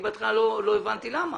אני בהתחלה לא הבנתי למה,